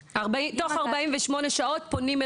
ולשוויון מגדרי): << יור >> האם פונים אליה חזרה תוך 48 שעות?